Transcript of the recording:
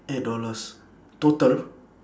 eight dollars total